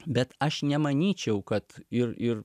bet aš nemanyčiau kad ir ir